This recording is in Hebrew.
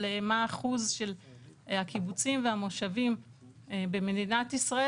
אבל מה אחוז של הקיבוצים והמושבים במדינת ישראל,